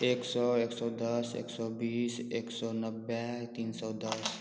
एक सौ एक सौ दस एक सौ बीस एक सौ नब्बे तीन सौ दस